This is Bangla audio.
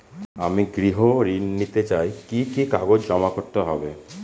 আমি গৃহ ঋণ নিতে চাই কি কি কাগজ জমা করতে হবে?